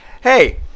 hey